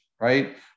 right